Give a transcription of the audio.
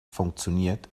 funktioniert